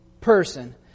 person